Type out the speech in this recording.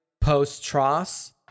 post-Tross